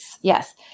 Yes